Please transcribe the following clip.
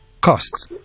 costs